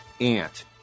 Ant